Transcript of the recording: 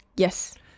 Yes